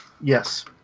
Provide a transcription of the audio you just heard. Yes